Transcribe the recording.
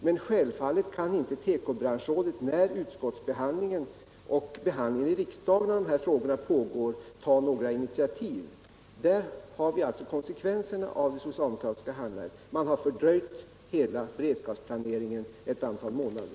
Men självfallet kan inte rådet ta några initiativ när utskottsbehandlingen och riksdagsbehandlingen av dessa frågor pågår. Det är konsekvenserna av det socialdemokratiska handlandet. Man har fördröjt hela beredskapsplaneringen ett antal månader.